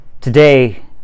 Today